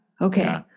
Okay